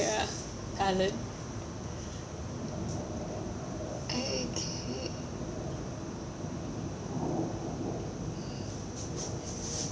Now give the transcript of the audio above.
ya okay